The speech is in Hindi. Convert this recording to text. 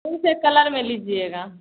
कौन से कलर में लीजिएगा